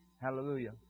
Hallelujah